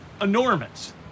enormous